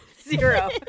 Zero